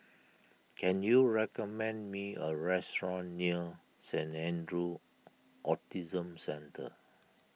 can you recommend me a restaurant near Saint andrew's Autism Centre